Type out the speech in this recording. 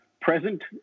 present